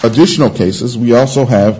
additional cases we also have